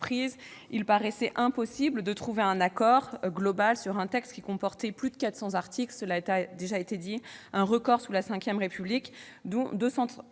il paraissait impossible de trouver un accord global sur un texte qui comportait plus de 400 articles- un record sous la V République -, dont 238